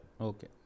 Okay